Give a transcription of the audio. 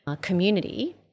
community